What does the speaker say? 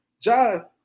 John